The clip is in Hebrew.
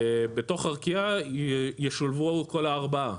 בתוך ארקיע ישולבו כל הארבעה.